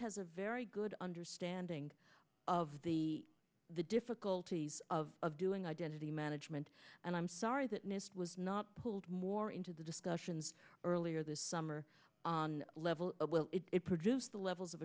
has a very good understanding of the the difficulties of doing identity management and i'm sorry that nist was not pulled more into the discussions earlier this summer on a level it produced the levels of